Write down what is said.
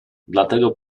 dlatego